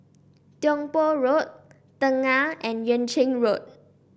Tiong Poh Road Tengah and Yuan Ching Road